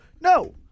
No